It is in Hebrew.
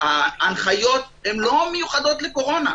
ההנחיות הן לא מיוחדות לקורונה.